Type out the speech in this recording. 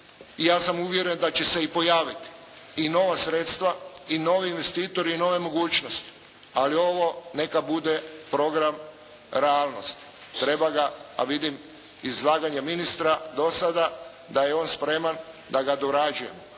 ja sam uvjeren da će se i pojaviti i nova sredstva i novi investitori i nove mogućnosti. Ali ovo neka bude program realnosti. Treba ga, a vidim iz izlaganja ministra dosada, da je on spreman da ga dorađujemo,